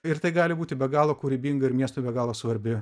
ir tai gali būti be galo kūrybinga ir miestui be galo svarbi